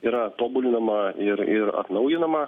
yra tobulinama ir ir atnaujinama